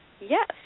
Yes